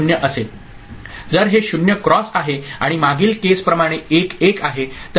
तर हे 0 क्रॉस आहे आणि मागील केस प्रमाणे 1 1 आहे